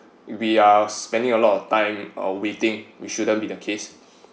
we are spending a lot of time uh waiting which shouldn't be the case